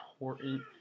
important